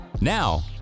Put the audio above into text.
Now